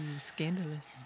scandalous